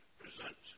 present